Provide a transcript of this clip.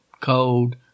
cold